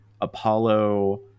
Apollo